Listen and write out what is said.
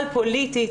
על-פוליטית,